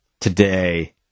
today